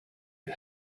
you